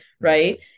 Right